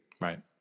right